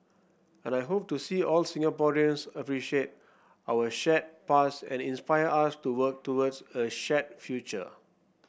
and I hope to see all Singaporeans appreciate our shared past and inspire us to work towards a shared future